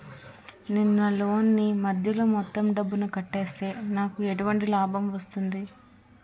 నేను నా లోన్ నీ మధ్యలో మొత్తం డబ్బును కట్టేస్తే నాకు ఎటువంటి లాభం వస్తుంది?